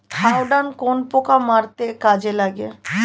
Thiodan কোন পোকা মারতে কাজে লাগে?